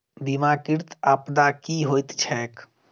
बीमाकृत आपदा की होइत छैक?